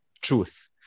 truth